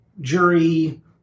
jury